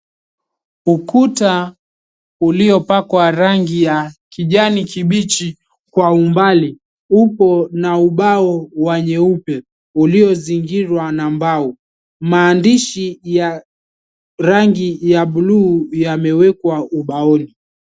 Ukuta uliopakwa rangi ya kijani kibichi kwa umbali, upo na ubao wa nyeupe uliozingirwa ma mbao. Maandishi ya rangi ya buluu umewekwa ubaoni.